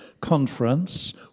conference